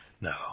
No